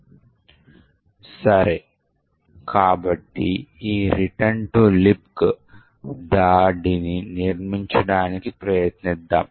సరే కాబట్టి ఈ రిటర్న్ టు లిబ్క్ దాడిని నిర్మించడానికి ప్రయత్నిద్దాం